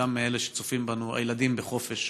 גם מאלה שצופים בנו, הילדים בחופש